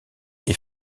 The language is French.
est